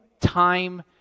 time